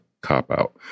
cop-out